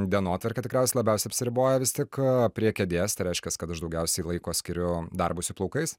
dienotvarkė tikriausiai labiausiai apsiriboja vis tik prie kėdės tai reiškia kad aš daugiausiai laiko skiriu darbui su plaukais